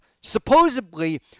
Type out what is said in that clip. supposedly